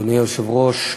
אדוני היושב-ראש,